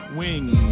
wings